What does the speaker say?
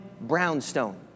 brownstone